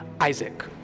Isaac